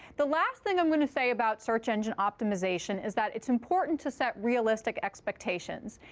the last thing i'm going to say about search engine optimization is that it's important to set realistic expectations.